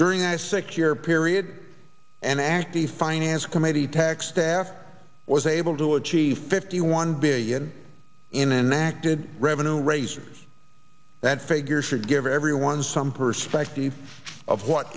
during a secure period and the finance committee tax staff was able to achieve fifty one billion in enacted revenue raisers that figure should give everyone some perspective of what